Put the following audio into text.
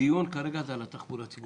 הדיון כרגע הוא על התחבורה הציבורית.